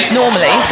normally